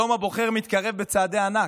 יום הבוחר מתקרב בצעדי ענק.